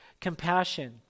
Compassion